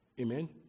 Amen